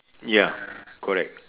ya correct